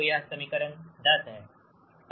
तो यह समीकरण 10 है